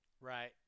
Right